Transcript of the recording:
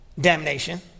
damnation